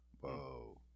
Whoa